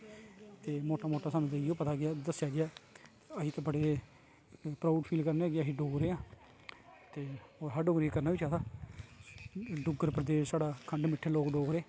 ते मोटा मोटा ते स्हानू इयै पता कि इयै दसेसेआ गेआ ऐ असी ते बडे़ प्रोउड फील करने आं कि आसी डोगरे आं ते ओर साढ़ा डोगरे करना बी चाहिदा डुगर प्रदेश साढ़ा खंड मिट्ठे लोक डोगरे